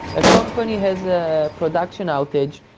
a company has a production outage,